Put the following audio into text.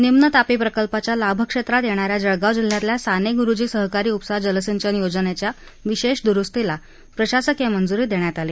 निम्न तापी प्रकल्पाच्या लाभक्षेत्रात येणाऱ्या जळगाव जिल्ह्यातील साने गुरूजी सहकारी उपसा जल सिंचन योजनेच्या विशेष दुरूस्तीस प्रशासकीय मंजूरी देण्यात आली